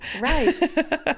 Right